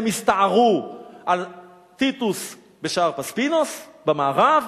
הם הסתערו על טיטוס בשער פספינוס במערב,